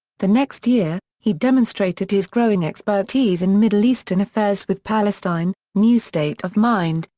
the next year, he demonstrated his growing expertise in middle eastern affairs with palestine new state of mind,